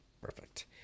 Perfect